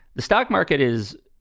the stock market is